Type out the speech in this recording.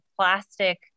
plastic